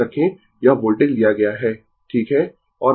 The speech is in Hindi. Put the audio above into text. याद रखें यह वोल्टेज लिया गया है ठीक है